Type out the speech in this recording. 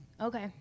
Okay